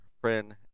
friend